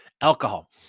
alcohol